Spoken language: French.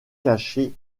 caché